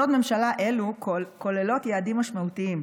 החלטות ממשלה אלו כוללות יעדים משמעותיים.